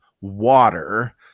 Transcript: water